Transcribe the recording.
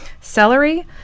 celery